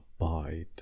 abide